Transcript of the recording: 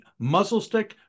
muzzlestick